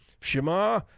Shema